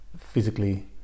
physically